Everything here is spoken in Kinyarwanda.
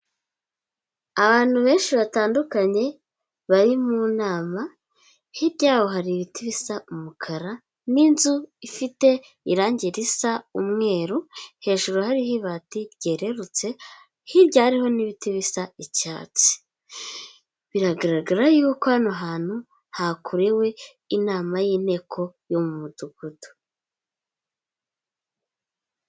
Abantu benshi batandukanye bari mu nama, hirya yaho hari ibiti bisa umukara, n'inzu ifite irangi risa umweru, hejuru hariho ibati ryererutse, hirya hariho n'ibiti bisa icyatsi, biragaragara yuko hano hantu hakorewe inama y'inteko yo mu mudugudu.